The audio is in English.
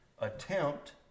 attempt